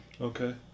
okay